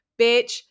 Bitch